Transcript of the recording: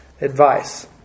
advice